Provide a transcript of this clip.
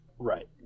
right